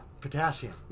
potassium